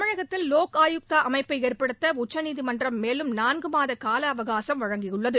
தமிழகத்தில் லோக் ஆயுக்தா அமைப்பை ஏற்படுத்த உச்சநீதிமன்றம் மேலும் நான்கு மாத கால அவகாசம் அளித்துள்ளது